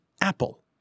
Apple